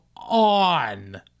on